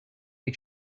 you